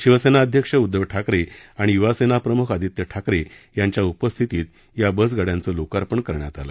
शिवसेना अध्यक्ष उद्धव ठाकरे आणि य्वा सेना प्रम्ख आदित्य ठाकरे यांच्या उपस्थितीत या बसगाडायांचं लोकार्पण करण्यात आलं